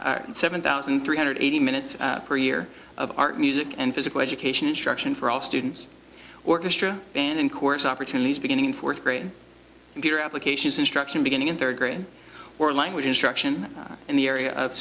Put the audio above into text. and seven thousand three hundred eighty minutes per year of art music and physical education instruction for all students orchestra band and chorus opportunities beginning fourth grade computer applications instruction beginning in third grade or language instruction in the area of